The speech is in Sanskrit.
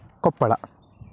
कोप्पळा